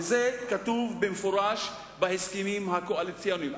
וזה כתוב במפורש בהסכמים הקואליציוניים.